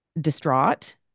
distraught